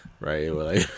right